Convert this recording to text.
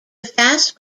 fast